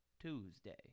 Tuesday